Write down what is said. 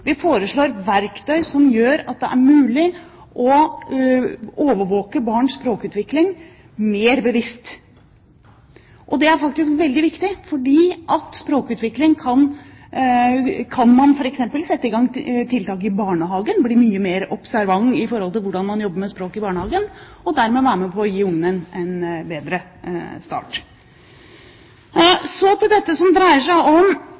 Vi foreslår verktøy som gjør det mulig å overvåke barns språkutvikling mer bevisst. Det er faktisk veldig viktig fordi språkutvikling kan man f.eks. sette i gang tiltak for i barnehagen – bli mye mer observant i forhold til hvordan man jobber med språk i barnehagen, og dermed være med på å gi ungene en bedre start. Så til dette som dreier seg om